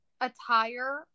attire